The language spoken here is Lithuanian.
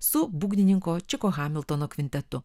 su būgnininko čeko hamiltono kvintetu